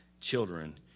children